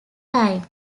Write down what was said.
time